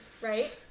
right